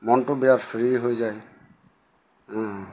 মনটো বিৰাট ফ্ৰী হৈ যায়